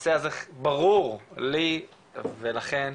הנושא הזה ברור לי ולכן,